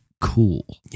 cool